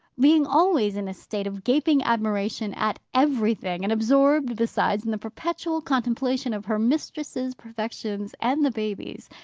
being always in a state of gaping admiration at everything, and absorbed, besides, in the perpetual contemplation of her mistress's perfections and the baby's,